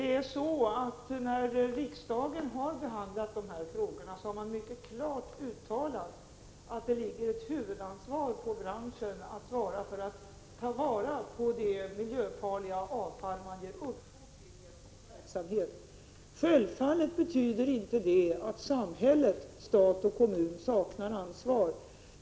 Fru talman! När riksdagen behandlade dessa frågor uttalades mycket klart att huvudansvaret ligger på branschen att svara för att ta vara på det miljöfarliga avfall man ger upphov till genom sin verksamhet. Självfallet betyder inte det att samhället, stat och kommun, saknar ansvar.